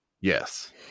yes